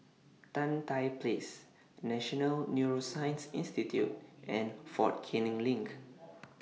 Tan Tye Place National Neuroscience Institute and Fort Canning LINK